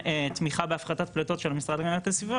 תמיכה להפחתת פליטות של המשרד להגנת הסביבה,